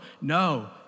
no